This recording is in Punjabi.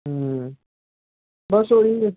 ਹਮ ਬਸ ਉਹੀ